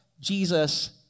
Jesus